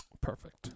perfect